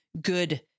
good